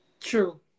True